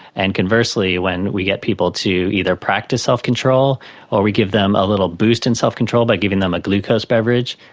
and conversely when we get people to either practice self-control or we give them a little boost in self-control by giving them a glucose beverage,